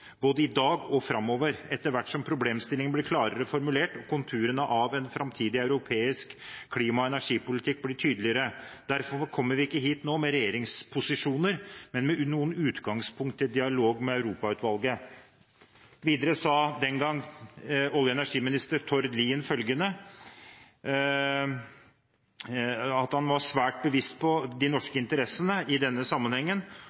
både i dag og fremover, etter hvert som problemstillingene blir klarere formulert, og konturene av en fremtidig europeisk klima- og energipolitikk blir tydeligere. Derfor kommer ikke vi hit nå med regjeringsposisjoner, men med noen utgangspunkter til dialog med Europautvalget.» Videre sa olje- og energiminister Tord Lien den gang at han var svært bevisst på de norske interessene i denne sammenhengen,